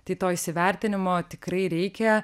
tai to įsivertinimo tikrai reikia